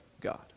God